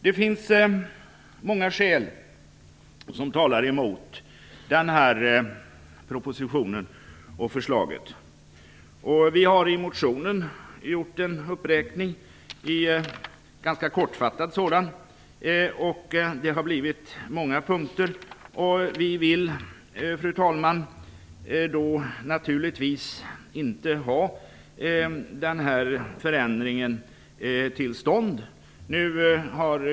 Det finns många skäl som talar emot förslaget i denna proposition. Vi har i motionen gjort en uppräkning, en ganska kortfattad sådan. Det har blivit många punkter. Fru talman! Vi vill naturligtvis inte att denna förändring skall komma till stånd.